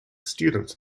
students